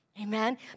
Amen